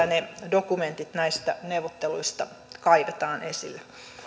ne dokumentit näistä neuvotteluista kaivetaan esille